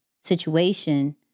situation